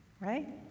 right